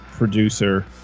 Producer